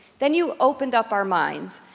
then you opened up our minds.